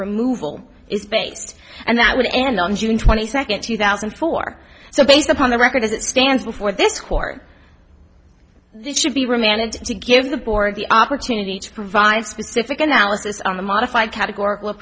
removal is based and that would end on june twenty second two thousand and four so based upon the record as it stands before this court this should be remanded to give the board the opportunity to provide specific analysis on the modified categor